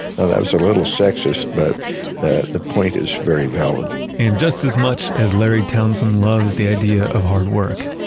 now that was a little sexist, but the the point is very valid and just as much as larry townsend loves the idea of hard work,